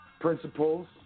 principles